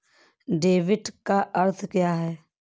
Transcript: Debit का अर्थ क्या है?